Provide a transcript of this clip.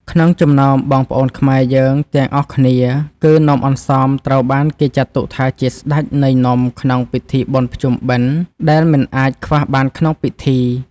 ក្នុងចំណោមបងប្អូនខ្មែរយើងទាំងអស់គ្នាគឺ នំអន្សមត្រូវបានគេចាត់ទុកថាជាស្ដេចនៃនំក្នុងពិធីបុណ្យភ្ជុំបិណ្ឌដែលមិនអាចខ្វះបានក្នុងពិធី។